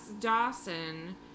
Dawson